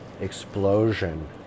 explosion